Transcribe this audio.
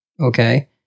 okay